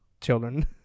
children